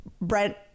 Brent